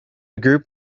group